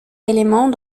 éléments